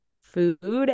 food